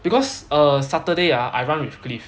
because err saturday ah I run with cliff